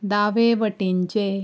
दावे वटेनचें